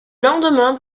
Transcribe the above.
lendemain